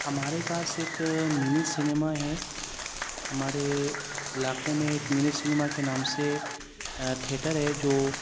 ہمارے پاس ایک منی سنیما ہے ہمارے علاقے میں ایک منی سنیما کے نام سے تھیٹر ہے جو